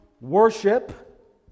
worship